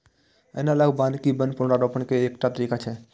analogue वानिकी वन पुनर्रोपण के एकटा तरीका छियै